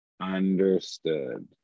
Understood